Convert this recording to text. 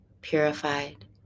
purified